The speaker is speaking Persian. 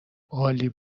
عالی